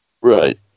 Right